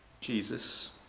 Jesus